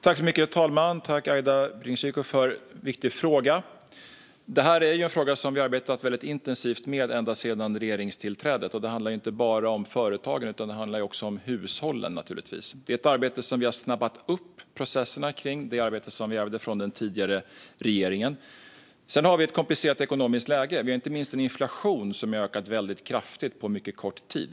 Herr talman! Jag tackar Aida Birinxhiku för en viktig fråga. Det här är en fråga som vi har arbetat intensivt med ända sedan regeringstillträdet. Det handlar inte bara om företagarna, utan det handlar naturligtvis också om hushållen, och vi har snabbat på processerna i det arbete vi ärvde från den tidigare regeringen. Sedan är det ett komplicerat ekonomiskt läge. Inte minst har inflationen ökat kraftigt på mycket kort tid.